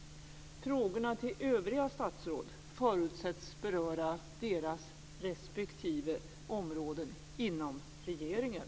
Frågorna till övriga statsråd förutsätts beröra deras respektive områden inom regeringen.